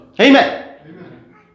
Amen